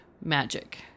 magic